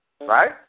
Right